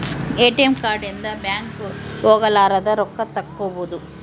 ATM card ಇಂದ bank ಹೋಗಲಾರದ ರೊಕ್ಕ ತಕ್ಕ್ಕೊಬೊದು